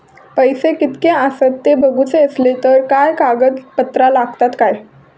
पैशे कीतके आसत ते बघुचे असले तर काय कागद पत्रा लागतात काय?